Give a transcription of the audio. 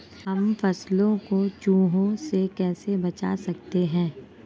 हम फसलों को चूहों से कैसे बचा सकते हैं?